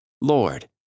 Lord